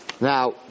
Now